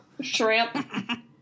Shrimp